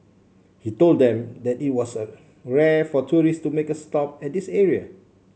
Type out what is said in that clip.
he told them that it was rare for tourists to make a stop at this area